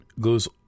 goes